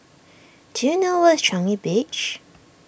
do you know where is Changi Beach